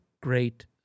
great